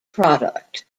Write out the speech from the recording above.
product